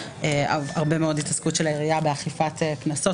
הרבה מאוד התעסקות של העירייה באכיפת קנסות.